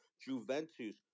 Juventus